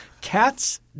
Cats